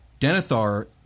Denethar